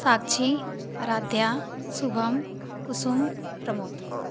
Sakshi Aaradhya Shubham Kusum Pramod